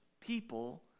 people